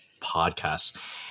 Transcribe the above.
podcasts